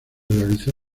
realizó